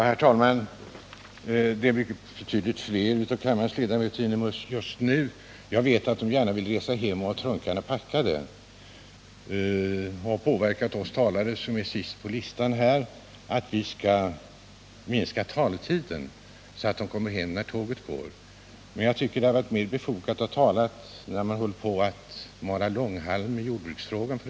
Herr talman! Betydligt fler av kammarens ledamöter är inne i kammaren just nu. Jag vet att de gärna vill resa hem och att de har trunkarna packade. Det har påverkat oss som står sist på talarlistan att minska taletiden så att man kan åka med sitt tåg. Jag tycker att det hade varit mera befogat att minska taletiden när man tidigare i dag höll på att mala långhalm i jordbruksfrågan.